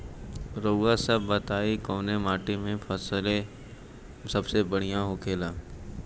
रउआ सभ बताई कवने माटी में फसले सबसे बढ़ियां होखेला?